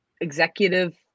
executive